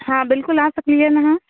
हँ बिलकुल आ सकली हँ अहाँ